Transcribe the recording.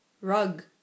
Rug